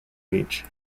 beach